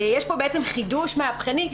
יש פה בעצם חידוש מהפכני,